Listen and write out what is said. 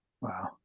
wow